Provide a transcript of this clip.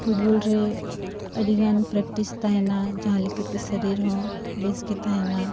football ᱨᱮ ᱟᱹᱰᱤᱜᱟᱱ practice ᱛᱟᱦᱮᱱᱟ ᱡᱟᱦᱟᱸ ᱞᱮᱠᱟᱛᱮ ᱥᱟᱹᱨᱤᱨ ᱦᱚᱸ ᱵᱮᱥ ᱜᱮ ᱛᱟᱦᱮᱱᱟ